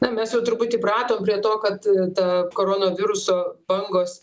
na mes jau truputį įpratom prie to kad ta koronaviruso bangos